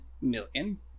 million